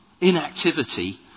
inactivity